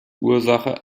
ursache